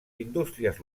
indústries